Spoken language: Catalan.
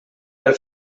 del